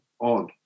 odd